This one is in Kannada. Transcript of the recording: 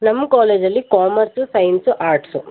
ನಮ್ಮ ಕಾಲೇಜಲ್ಲಿ ಕಾಮೆರ್ಸ್ ಸೈನ್ಸ್ ಆರ್ಟ್ಸು